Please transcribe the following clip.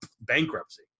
bankruptcy